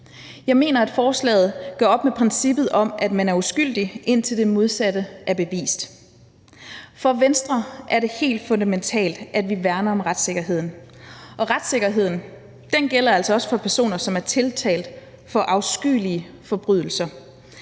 Jeg mener, at forslaget gør op med princippet om, at man er uskyldig, indtil det modsatte er bevist. For Venstre er det helt fundamentalt, at vi værner om retssikkerheden, og retssikkerheden gælder altså også for personer, som er tiltalt for afskyelige forbrydelser.